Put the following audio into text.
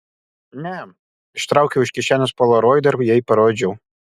ne ištraukiau iš kišenės polaroidą ir jai parodžiau